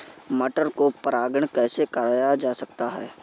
मटर को परागण कैसे कराया जाता है?